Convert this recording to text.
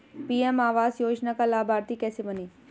PM आवास योजना का लाभर्ती कैसे बनें?